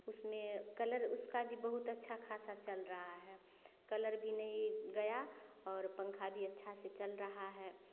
उसमें कलर उसका भी बहुत अच्छा ख़ासा चल रहा है कलर भी नहीं गया और पंखा भी अच्छे से चल रहा है